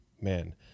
Man